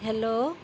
hello